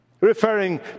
Referring